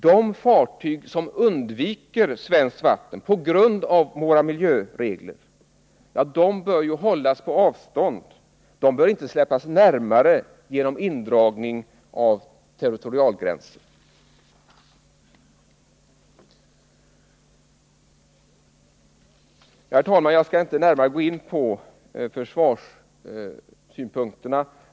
De fartyg som undviker svenskt vatten på grund av våra miljöregler bör hållas på avstånd och inte släppas närmare genom en indragning av territorialgränsen. Herr talman! Jag skall inte närmare gå in på försvarssynpunkterna.